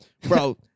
Bro